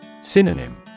Synonym